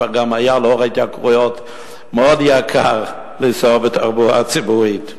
לאור ההתייקרויות היה מאוד יקר לנסוע בתחבורה הציבורית.